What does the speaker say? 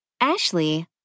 Ashley